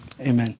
Amen